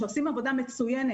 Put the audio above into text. שעושים עבודה מצוינת,